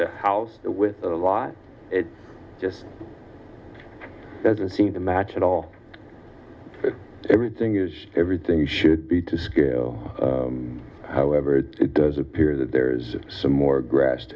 the house with a lot it just doesn't seem to match at all everything is everything should be to scale however it does appear that there's some more grass